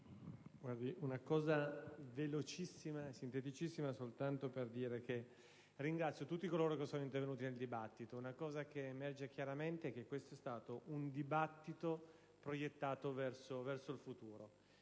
in modo molto sintetico soltanto per dire che ringrazio tutti coloro che sono intervenuti nel dibattito. Emerge chiaramente che questo è stato un dibattito proiettato verso il futuro;